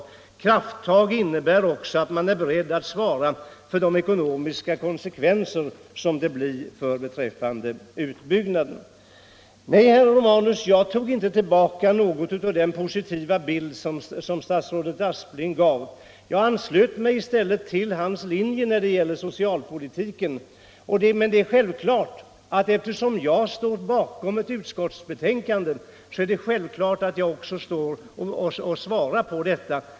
Att ta krafttag innebär också att man är beredd att svara för de ekonomiska konsekvenser som utbyggnaden får. Nej, herr Romanus, jag tog inte tillbaka något av den positiva bild som statsrådet Aspling gav. Jag anslöt mig i stället till hans socialpolitiska linje. Men eftersom jag står bakom ett utskottsbetänkande, svarar jag naturligtvis också för det.